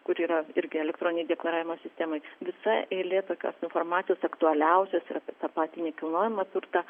kuri yra irgi elektroninėj deklaravimo sistemoj visa eilė tokios informacijos aktualiausios ir tą patį nekilnojamą turtą